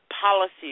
policies